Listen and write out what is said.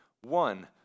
one